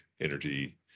energy